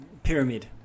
Pyramid